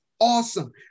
Awesome